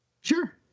Sure